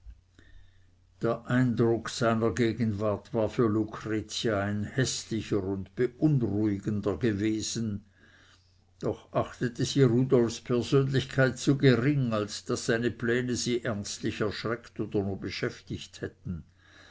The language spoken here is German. der eindruck seiner gegenwart war für lucretia ein häßlicher und beunruhigender gewesen doch achtete sie rudolfs persönlichkeit zu gering als daß seine pläne sie ernstlich erschreckt oder nur beschäftigt hätten